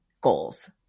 goals